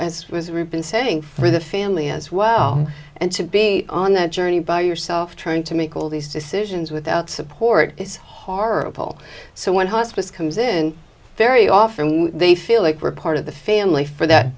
ribbon saying for the family as well and to be on that journey by yourself trying to make all these decisions without support is horrible so when hospice comes in very often they feel like we're part of the family for that